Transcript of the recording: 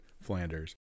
Flanders